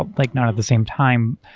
um like not at the same time,